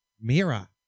Mira